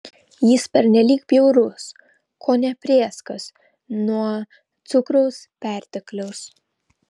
jis pernelyg bjaurus kone prėskas nuo cukraus pertekliaus